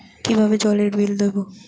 কিভাবে জলের বিল দেবো?